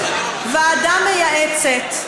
את מינית ועדה מייעצת,